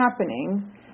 happening